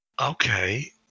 Okay